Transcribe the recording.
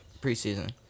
preseason